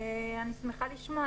אני שמחה לשמוע,